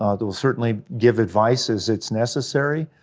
ah there will certainly give advice as it's necessary,